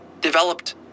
developed